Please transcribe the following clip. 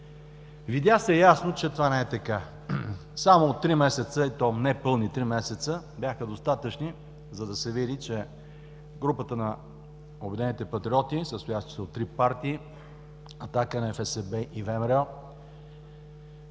Видя се ясно, че това не е така. Само три месеца, и то непълни три месеца, бяха достатъчни, за да се види, че групата на „Обединените патриоти“, състояща се от три партии: „Атака“, НФСБ и ВМРО,